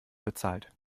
bezahlt